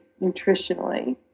nutritionally